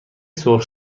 سرخ